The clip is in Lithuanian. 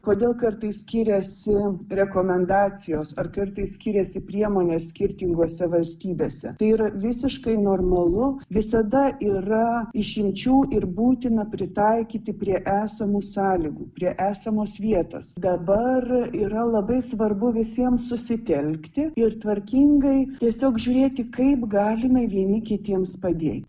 kodėl kartais skiriasi rekomendacijos ar kartais skiriasi priemonės skirtingose valstybėse tai yra visiškai normalu visada yra išimčių ir būtina pritaikyti prie esamų sąlygų prie esamos vietos dabar yra labai svarbu visiems susitelkti ir tvarkingai tiesiog žiūrėti kaip galime vieni kitiems padėti